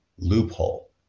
loophole